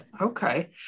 Okay